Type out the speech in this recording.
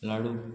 लाडू